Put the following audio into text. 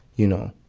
you know,